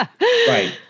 right